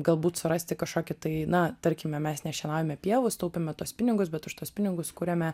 galbūt surasti kažkokį tai na tarkime mes nešienaujame pievų sutaupėme tuos pinigus bet už tuos pinigus kuriame